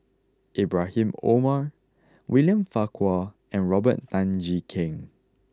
Ibrahim Omar William Farquhar and Robert Tan Jee Keng